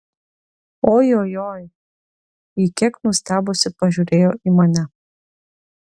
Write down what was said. ojojoi ji kiek nustebusi pažiūrėjo į mane